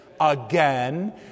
Again